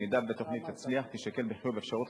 אם התוכנית תצליח תישקל בחיוב אפשרות